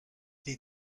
les